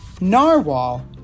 Narwhal